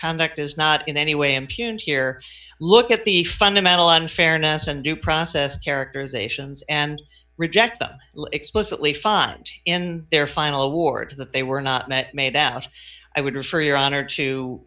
conduct is not in any way impugned here look at the fundamental unfairness and due process characterizations and reject them explicitly find in their final award that they were not met made out i would refer your honor